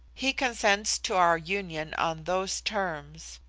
he consents to our union on those terms.